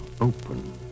open